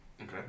Okay